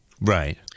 right